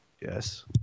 Yes